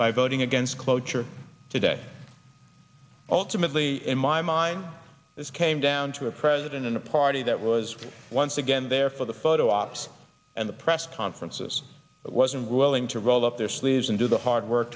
by voting against cloture today ultimately in my mind this came down to a president and a party that was once again there for the photo ops and the press conferences wasn't willing to roll up their sleeves and do the hard work